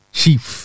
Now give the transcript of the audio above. chief